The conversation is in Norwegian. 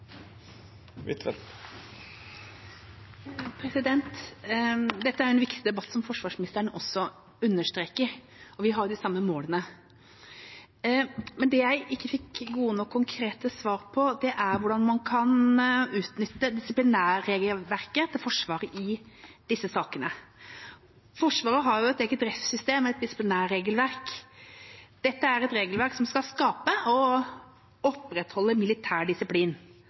Dette er en viktig debatt, som forsvarsministeren også understreker, og vi har de samme målene. Men det jeg ikke fikk gode nok konkrete svar på, er hvordan man kan utnytte disiplinærregelverket til Forsvaret i disse sakene. Forsvaret har jo et eget refssystem og et disiplinærregelverk. Dette er et regelverk som skal skape og opprettholde militær disiplin.